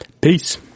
Peace